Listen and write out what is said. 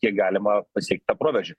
kiek galima pasiekt tą proveržį